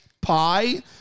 Pie